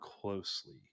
closely